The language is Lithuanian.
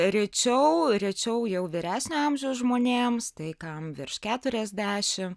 rečiau rečiau jau vyresnio amžiaus žmonėms tai kam virš keturiasdešim